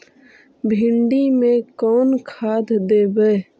भिंडी में कोन खाद देबै?